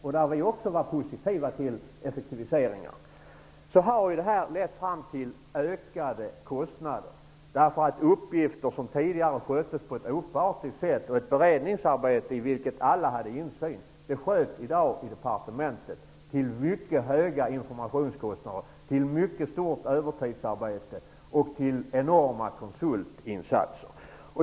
Vi var också positiva till effektiviseringar, men det har lett till ökade kostnader. Uppgifter som tidigare sköttes på ett opartiskt sätt och ett beredningsarbete som alla tidigare hade insyn i sköts i dag i departementet till mycket höga informationskostnader. Det är mycket övertidsarbete och enorma konsultinsatser.